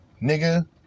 Nigga